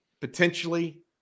potentially